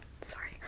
Sorry